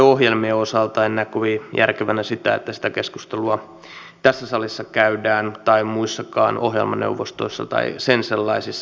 sitten en näe kovin järkevänä sitä että yksittäisten ohjelmien osalta keskustelua tässä salissa käydään tai muissakaan ohjelmaneuvostoissa tai sen sellaisissa